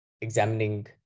examining